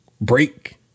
break